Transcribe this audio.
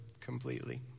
completely